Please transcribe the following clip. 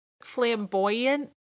flamboyant